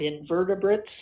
invertebrates